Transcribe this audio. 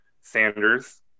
Sanders